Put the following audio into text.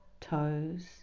toes